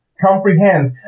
comprehend